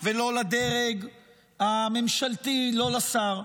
ולא לדרג הממשלתי, לא לשר.